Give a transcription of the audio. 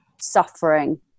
suffering